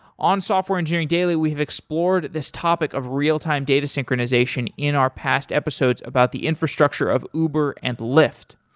on software engineering daily we have explored this topic of real-time data synchronization in our past episodes about the infrastructure of uber and lyft,